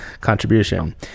contribution